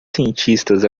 cientistas